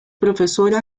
profesora